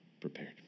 prepared